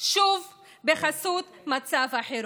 שוב, בחסות מצב החירום.